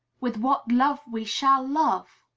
with what love we shall love!